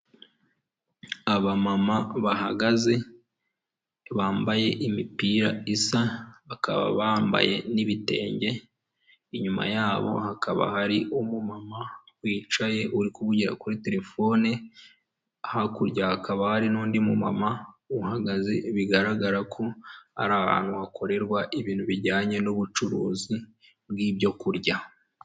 Abamama bahagaze bambaye imipira isa, bakaba bambaye n'ibitenge, inyuma yabo hakaba hari umumama wicaye uri kuvugira kuri terefone, hakurya hakaba hari n'undi mumama uhagaze bigaragara ko ari ahantu hakorerwa ibintu bijyanye n'ubucuruzi bw'ibyo kurya.